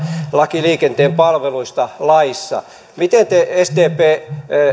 laissa liikenteen palveluista miten te sdp